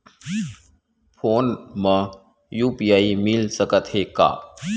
Phone मा UPI मिल सकत हे का?